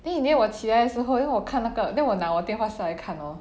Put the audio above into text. then in the end 我起来的时候因为我看那个 then 我拿我电话下来看 hor